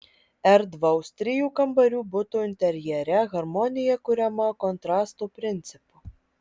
erdvaus trijų kambarių buto interjere harmonija kuriama kontrasto principu